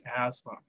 asthma